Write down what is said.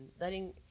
Letting